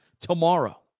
tomorrow